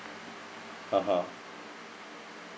(uh huh)